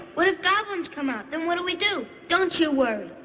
what if goblins come out? then what do we do? don't you worry.